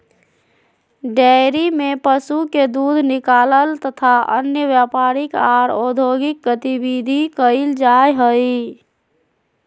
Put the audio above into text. dairy में पशु के दूध निकालल तथा अन्य व्यापारिक आर औद्योगिक गतिविधि कईल जा हई